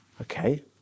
Okay